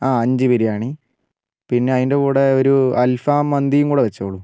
ആ അഞ്ച് ബിരിയാണി പിന്നെ അതിൻ്റെ കൂടെ ഒരു അൽഫം മന്തി കൂടെ വെച്ചോളൂ